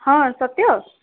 ହଁ ସତ୍ୟ